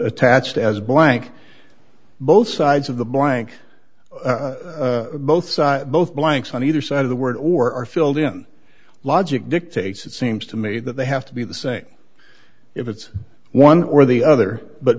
attached as blank both sides of the blank both side both blanks on either side of the word or are filled in logic dictates it seems to me that they have to be the same if it's one or the other but